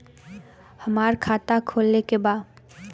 हमार खाता खोले के बा?